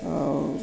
ଆଉ